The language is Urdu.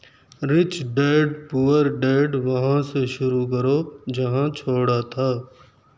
رچ ڈیڈ پور ڈیڈ وہاں سے شروع کرو جہاں چھوڑا تھا